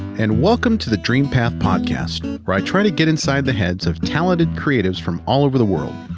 and welcome to the dreampath podcast, where i try to get inside the heads of talented creatives from all over the world.